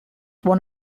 one